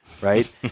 right